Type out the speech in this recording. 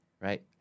right